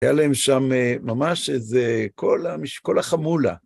היה להם שם ממש איזה, כל החמולה.